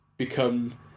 become